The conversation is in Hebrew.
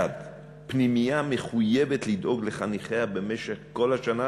1. פנימייה מחויבת לדאוג לחניכיה במשך כל השנה,